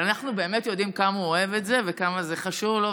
אנחנו באמת יודעים כמה הוא אוהב את זה וכמה זה חשוב לו,